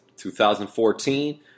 2014